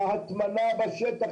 ההטמנה בשטח,